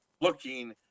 looking